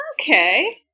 Okay